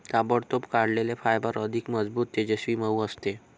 ताबडतोब काढलेले फायबर अधिक मजबूत, तेजस्वी, मऊ असते